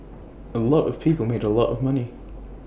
A lot of people made A lot of money